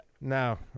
No